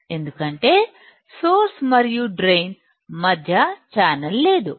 ఎందుకంటే సోర్స్ మరియు డ్రైన్ మధ్య ఛానల్ లేదు